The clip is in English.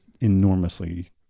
enormously